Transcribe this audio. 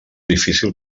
difícil